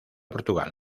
portugal